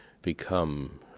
become